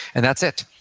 and that's it.